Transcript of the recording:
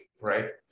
right